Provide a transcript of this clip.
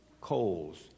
coals